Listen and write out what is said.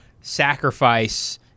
sacrifice